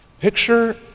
Picture